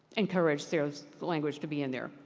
encourage there's language to be in there.